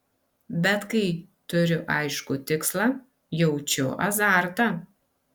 bet kai turiu aiškų tikslą jaučiu azartą